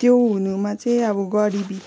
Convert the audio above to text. त्यो हुनुमा चाहिण अब गरिबी